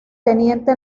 teniente